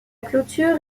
clôture